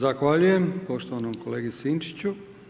Zahvaljujem poštivanom kolegi Sinčiću.